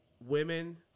women